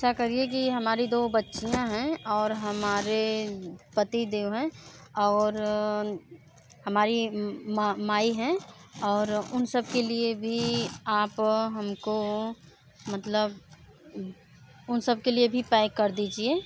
ऐसा करिए कि हमारी दो बच्चियाँ हैं और हमारे पती देव हैं और हमारी माई हैं और उन सब के लिए भी आप हमको मतलब उन सबके लिए भी पैक कर दीजिए